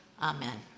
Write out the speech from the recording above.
amen